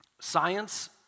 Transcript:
science